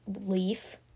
leaf